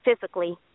physically